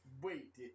Wait